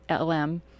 LM